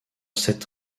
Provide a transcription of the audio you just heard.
cette